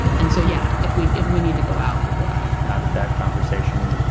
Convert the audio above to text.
and so, yeah, if we if we need to go out, we'll go out how did that conversation.